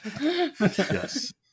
Yes